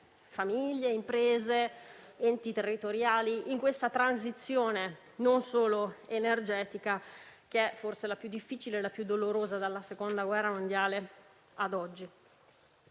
famiglie, imprese ed enti territoriali in questa transizione non solo energetica, che è forse la più difficile e dolorosa dalla Seconda guerra mondiale a oggi.